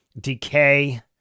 decay